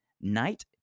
night